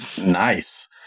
Nice